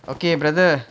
okay brother